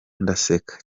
ndaseka